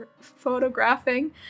photographing